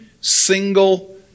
single